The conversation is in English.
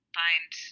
find